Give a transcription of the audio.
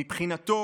מבחינתו